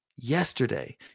Yesterday